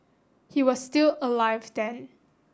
he was still alive then